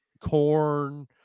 corn